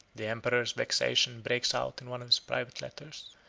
the emperor's vexation breaks out in one of his private letters.